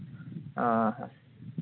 ᱚ ᱦᱚᱸ